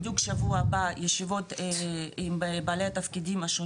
בדיוק שבוע הבא, ישיבות עם בעלי תפקידים.